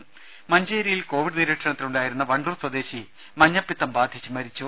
ദേദ മഞ്ചേരിയിൽ കോവിഡ് നിരീക്ഷണത്തിലുണ്ടായിരുന്ന വണ്ടൂർ സ്വദേശി മഞ്ഞപ്പിത്തം ബാധിച്ച് മരിച്ചു